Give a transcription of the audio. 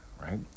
right